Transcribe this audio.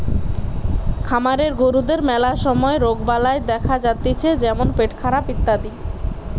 খামারের গরুদের ম্যালা সময় রোগবালাই দেখা যাতিছে যেমন পেটখারাপ ইত্যাদি